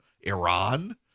Iran